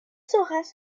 hojas